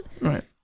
Right